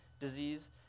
disease